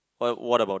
wha~ what about it